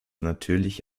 natürlich